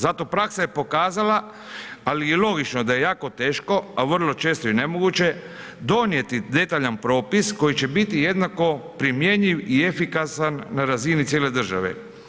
Zato praksa je pokazala, ali i logično da je jako teško, a vrlo često i nemoguće donijeti detaljan propis koji će biti jednako primjenjiv i efikasan na razini cijele države.